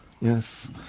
Yes